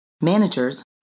Managers